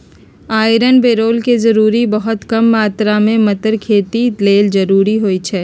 iron बैरौन के जरूरी बहुत कम मात्र में मतर खेती लेल जरूरी होइ छइ